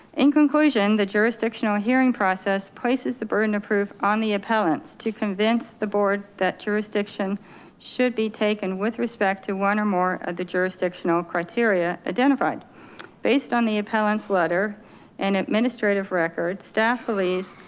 in conclusion, the jurisdictional hearing process, places, the burden of proof on the appellants to convince the board that jurisdiction should be taken with respect to one or more of the jurisdictional criteria identified based on the appellant's letter and administrative record staff. please,